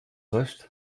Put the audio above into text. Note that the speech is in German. recht